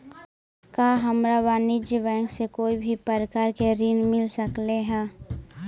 का हमरा वाणिज्य बैंक से कोई भी प्रकार के ऋण मिल सकलई हे?